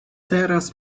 teraz